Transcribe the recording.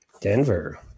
Denver